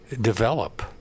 develop